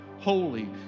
Holy